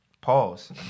Pause